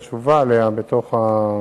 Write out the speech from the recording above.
כנראה היא פרחה לפרוטוקול.